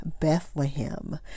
Bethlehem